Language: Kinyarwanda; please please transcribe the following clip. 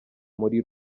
muri